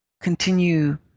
continue